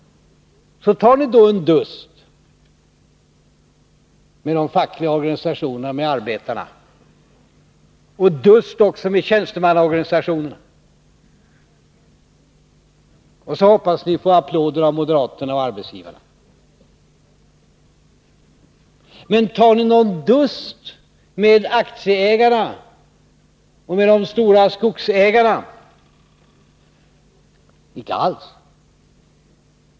Så tar ni då en dust med de fackliga organisationerna, med arbetarna och även med tjänstemannaorganisationerna. Sedan hoppas ni på att få applåder från moderaterna och arbetsgivarna. Men tar ni någon dust med aktieägarna och med de stora skogsägarna? Alls icke.